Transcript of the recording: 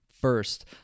first